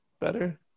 better